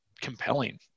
compelling